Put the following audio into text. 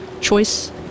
choice